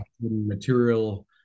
material